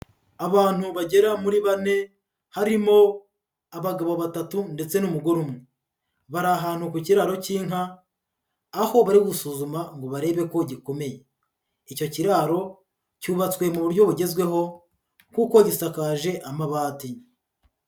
Abantu bagera muri bane harimo abagabo batatu ndetse n'umugore umwe, bari ahantu ku kiraro cy'inka, aho bari gusuzuma ngo barebe ko gikomeye, icyo kiraro cyubatswe mu buryo bugezweho kuko gisakaje amabati.